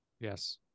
Yes